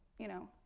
you know,